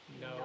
no